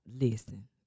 listen